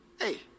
Hey